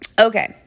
Okay